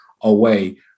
away